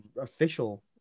official